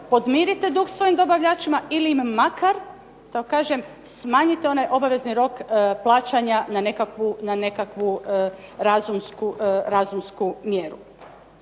podmirite dug svojim dobavljačima ili im makar smanjite onaj obavezni rok plaćanja na nekakvu razumsku mjeru.